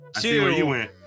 two